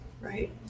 Right